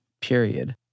period